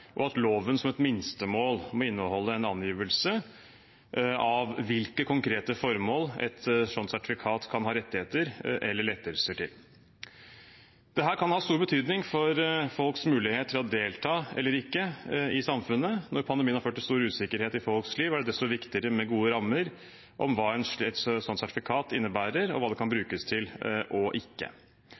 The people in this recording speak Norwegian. og at loven som et minstemål må inneholde en angivelse av hvilke konkrete formål et sånt sertifikat kan ha rettigheter eller lettelser overfor. Dette kan ha stor betydning for folks mulighet til å delta eller ikke i samfunnet. Når pandemien har ført til stor usikkerhet i folks liv, er det desto viktigere med gode rammer for hva et sånt sertifikat innebærer, og hva det kan brukes til og ikke.